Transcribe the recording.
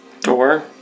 door